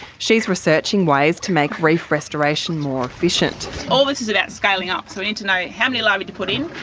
she is researching ways to make reef restoration more efficient. all this is about scaling up, so we need to know how many larvae to put in,